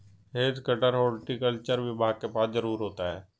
has cutter horticulture विभाग के पास जरूर होता है